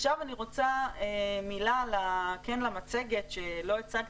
עכשיו אני רוצה מילה על המצגת שלא הצגתם,